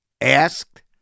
asked